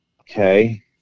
Okay